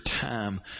time